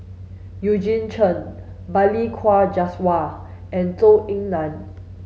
Eugene Chen Balli Kaur Jaswal and Zhou Ying Nan